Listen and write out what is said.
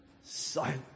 Silence